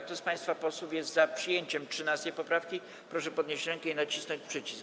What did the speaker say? Kto z państwa posłów jest za przyjęciem 13. poprawki, proszę podnieść rękę i nacisnąć przycisk.